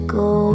go